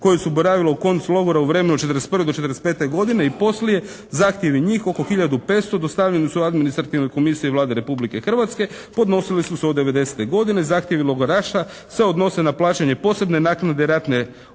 koje su boravile u konclogoru u vremenu od 1941. do 1945. godine i poslije zahtjevi njih oko 1500 dostavljeni su administrativnoj komisiji Vlade Republike Hrvatske. Podnosili su se od 1990. godine. Zahtjevi logoraša se odnose na plaćanje posebne naknade ratne odštete